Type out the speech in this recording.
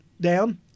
down